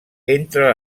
entre